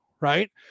right